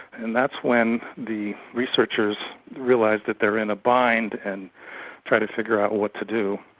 and that's when the researchers realise that they're in a bind and try to figure out what to do.